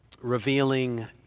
revealing